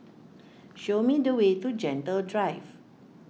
show me the way to Gentle Drive